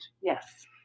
Yes